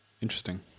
Interesting